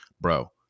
bro